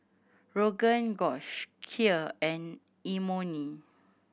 Rogan Josh Kheer and Imoni